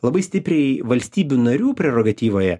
labai stipriai valstybių narių prerogatyvoje